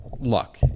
luck